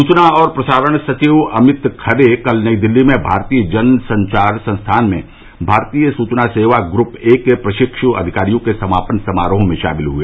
सूचना और प्रसारण सचिव अमित खरे कल नई दिल्ली में भारतीय जन संचार संस्थान में भारतीय सूचना सेवा ग्रुप ए के प्रशिक् अधिकारियों के समापन समारोह में शामिल हए